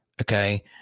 Okay